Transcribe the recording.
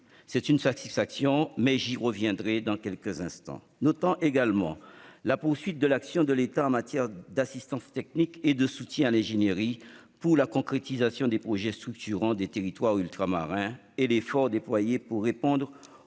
je me félicite- j'y reviendrai dans quelques instants. Notons également la poursuite de l'action de l'État en matière d'assistance technique et de soutien à l'ingénierie pour la concrétisation des projets structurants des territoires ultramarins, ainsi que l'effort déployé pour répondre au